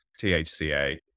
thca